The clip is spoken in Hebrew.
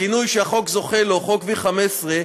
הכינוי שהחוק זוכה לו, "חוק V15",